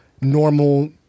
normal